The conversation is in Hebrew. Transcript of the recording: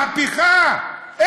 מהפכה?